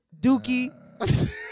dookie